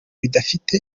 bidafite